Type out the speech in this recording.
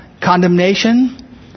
Condemnation